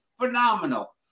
phenomenal